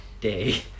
day